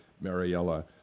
Mariella